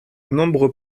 nombreux